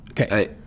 Okay